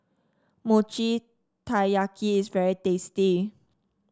Mochi Taiyaki is very tasty